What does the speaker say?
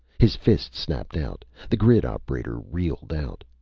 his fist snapped out. the grid operator reeled out.